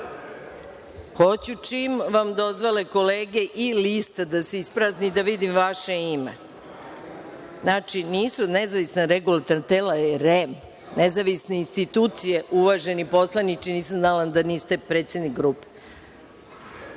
Hoću čim vam dozvole kolege i lista da se isprazni, da vidim vaše ime. Znači, nisu nezavisna regulatorno tela, to je REM, nezavisne su institucije, uvaženi poslaniče. Izvinite nisam znala da niste predsednik grupe. Pravo